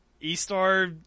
E-Star